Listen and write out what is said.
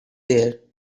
there